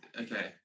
Okay